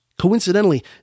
Coincidentally